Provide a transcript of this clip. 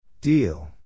Deal